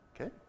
okay